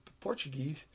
Portuguese